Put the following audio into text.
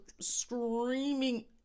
screaming